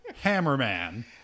Hammerman